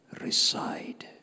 reside